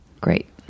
Great